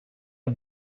are